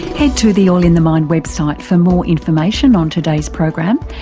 head to the all in the mind website for more information on today's program,